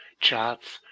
charts,